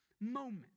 moment